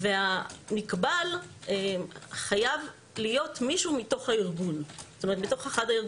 והנקבל חייב להיות מישהו מתוך אחד הארגונים האלה.